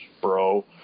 bro